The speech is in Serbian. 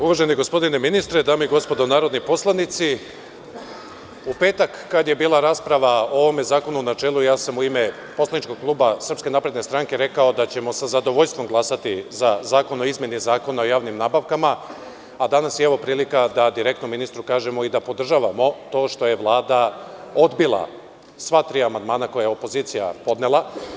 Uvaženi gospodine ministre, dame i gospodo narodni poslanici, u petak kada je bila rasprava o ovome zakonu u načelu, ja sam u ime poslaničkog kluba SNS rekao da ćemo sa zadovoljstvom glasati za Zakon o izmeni Zakona o javnim nabavkama, a danas je evo, prilika da direktno ministru kažemo i da podržavamo to što je Vlada odbila sva tri amandmana koja je opozicija podnela.